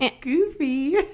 goofy